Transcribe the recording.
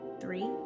Three